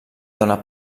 dóna